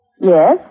Yes